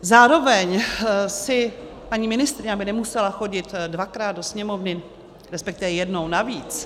Zároveň si paní ministryně, aby nemusela chodit dvakrát do Sněmovny, respektive jednou navíc...